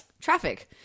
traffic